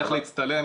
לך להצטלם,